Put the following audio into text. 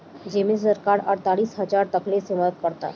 जेमे से सरकार अड़तालीस हजार तकले के मदद करता